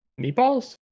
Meatballs